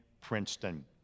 Princeton